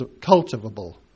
cultivable